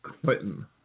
Clinton